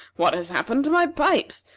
what has happened to my pipes?